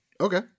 Okay